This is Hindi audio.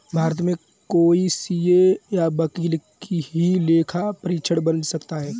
भारत में कोई सीए या वकील ही लेखा परीक्षक बन सकता है